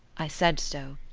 i said so,